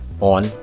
on